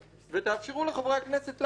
ותאפשרו לחברי הכנסת להחליט,